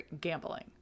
gambling